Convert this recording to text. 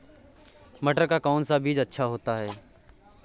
मटर का कौन सा बीज अच्छा होता हैं?